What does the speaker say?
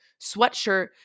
sweatshirt